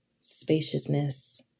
spaciousness